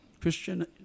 Christian